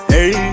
Hey